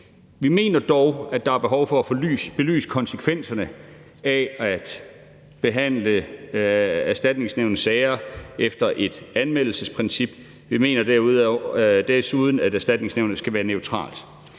Vi mener dog, at der er behov for at få belyst konsekvenserne af at behandle Erstatningsnævnets sager efter en anmeldelsesprincip. Vi mener desuden, at Erstatningsnævnet skal være neutralt.